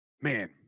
Man